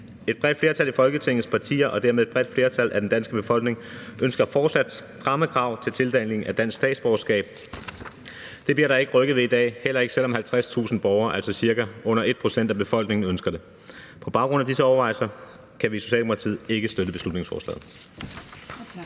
Et bredt flertal i Folketingets partier og dermed et bredt flertal af den danske befolkning ønsker fortsat stramme krav til tildeling af dansk statsborgerskab. Det bliver der ikke rykket ved i dag, heller ikke selv om 50.000 borgere, altså cirka under 1 pct. af befolkningen, ønsker det. På baggrund af disse overvejelser kan vi i Socialdemokratiet ikke støtte beslutningsforslaget.